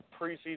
preseason